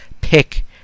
pick